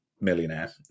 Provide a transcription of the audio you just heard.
millionaire